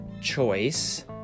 choice